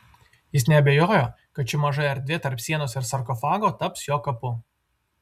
jis neabejojo kad ši maža erdvė tarp sienos ir sarkofago taps jo kapu